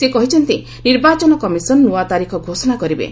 ସେ କହିଛନ୍ତି ନିର୍ବାଚନ କମିଶନ୍ ନୂଆ ତାରିଖ ଘୋଷଣା କରିବେ